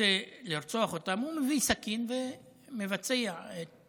רוצה לרצוח אותם והוא מביא סכין ומבצע את